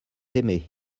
aimé